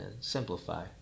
simplify